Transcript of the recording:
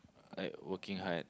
like working hard